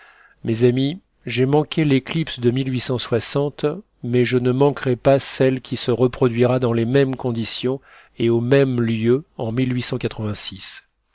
mes amis j'ai manqué l'éclipse de mais je ne manquerai pas celle qui se reproduira dans les mêmes conditions et aux mêmes lieux en